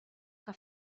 que